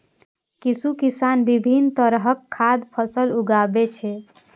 किछु किसान विभिन्न तरहक खाद्य फसल उगाबै छै